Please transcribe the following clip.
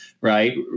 right